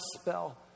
spell